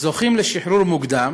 זוכים לשחרור מוקדם